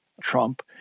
Trump